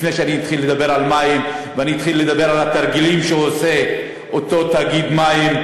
לפני שאתחיל לדבר על מים ואתחיל לדבר על התרגילים שעושה אותו תאגיד מים,